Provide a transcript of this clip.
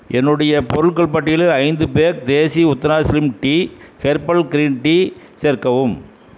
என்னுடைய பொருட்கள் பட்டியலில் ஐந்து pack Desi Utthana slim tea herbal green tea சேர்க்கவும்